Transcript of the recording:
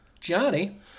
johnny